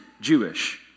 Jewish